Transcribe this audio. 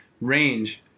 Range